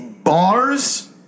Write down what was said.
bars